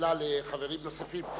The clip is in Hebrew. שאלה לחברים נוספים.